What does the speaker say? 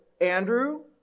Andrew